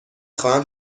خواهم